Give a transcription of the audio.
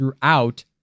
throughout